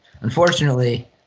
unfortunately